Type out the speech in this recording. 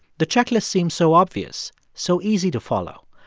the checklist seemed so obvious, so easy to follow.